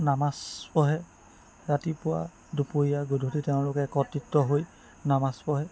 নামাজ পঢ়ে ৰাতিপুৱা দুপৰীয়া গধূলি তেওঁলোকে একত্ৰিত হৈ নামাজ পঢ়ে